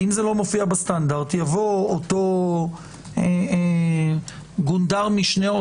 כי אם זה לא מופיע בסטנדרט יבוא אותו גונדר משנה או